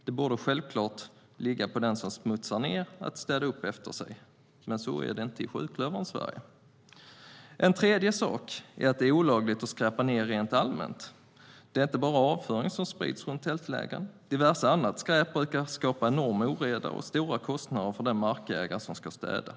Det borde självklart ligga på den som smutsar ned att städa upp efter sig, men så är det inte i sjuklöverns Sverige.För det tredje är det olagligt att skräpa ned rent allmänt. Det är inte bara avföring som sprids runt tältlägren. Diverse annat skräp brukar skapa enorm oreda och stora kostnader för den markägare som ska städa.